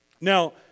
Now